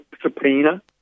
subpoena